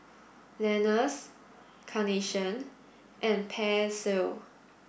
Lenas Carnation and Persil